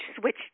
switch